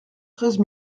treize